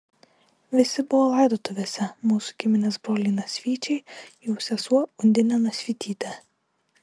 visi buvo laidotuvėse mūsų giminės broliai nasvyčiai jų sesuo undinė nasvytytė